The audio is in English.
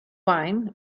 wine